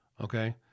okay